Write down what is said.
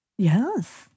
Yes